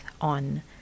on